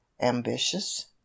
ambitious